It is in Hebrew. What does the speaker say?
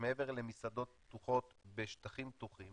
מעבר למסעדות פתוחות בשטחים פתוחים